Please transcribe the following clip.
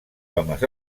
homes